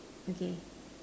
okay